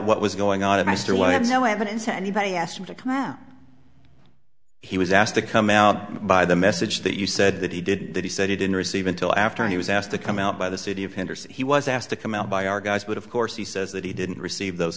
what was going on and i still have no evidence that anybody asked him to come out he was asked to come out by the message that you said that he did that he said he didn't receive until after he was asked to come out by the city of henderson he was asked to come out by our guys but of course he says that he didn't receive those